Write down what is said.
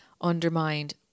undermined